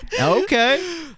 Okay